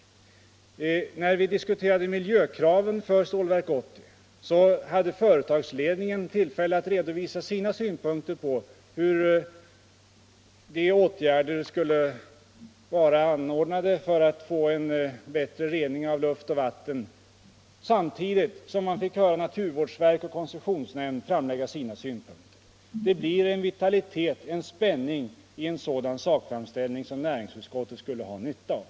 Och när vi diskuterade miljökraven för Stålverk 80 hade företagsledningen tillfälle att redovisa sin syn på vilka åtgärder som borde vidtas för rening av luft och vatten, samtidigt som man fick höra naturvårdsverk och koncessionsnämnd framlägga sina synpunkter. Det blir i en sådan sakframställning en vitalitet och en spänning som näringsutskottet skulle ha nytta av.